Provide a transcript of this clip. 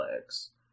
legs